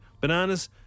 Bananas